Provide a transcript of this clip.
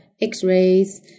x-rays